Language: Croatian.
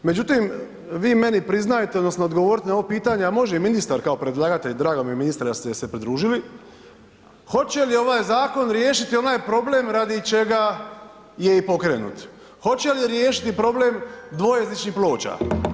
Međutim, vi meni priznajte odnosno odgovorite na ovo pitanje, a može i ministar kao predlagatelj, drago mi je ministre da ste se pridružili, hoće li ovaj Zakon riješiti onaj problem radi čega je i pokrenut, hoće li riješiti problem dvojezičnih ploča?